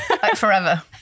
forever